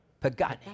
Pagani